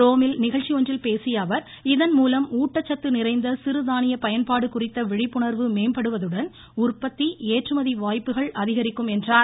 ரோமில் நிகழ்ச்சி ஒன்றில் பேசிய அவர் இதன் மூலம் ஊட்டச்சத்து நிறைந்த சிறுதானிய பயன்பாடு குறித்த விழிப்புணர்வு மேம்படுவதுடன் உற்பத்தி ஏற்றுமதி வாய்ப்புகள் அதிகரிக்கும் என்றார்